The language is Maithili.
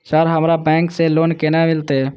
सर हमरा बैंक से लोन केना मिलते?